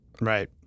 Right